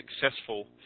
successful